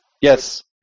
Yes